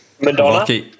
Madonna